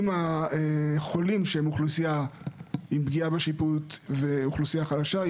עם החולים שהם אוכלוסייה עם פגיעה בשיפוט ואוכלוסייה חלשה.